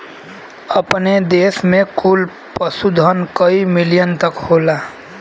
अपने देस में कुल पशुधन कई मिलियन तक होला